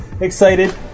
excited